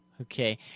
Okay